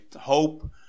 hope